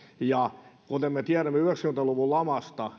ja kuten me tiedämme yhdeksänkymmentä luvun lamasta